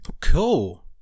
Cool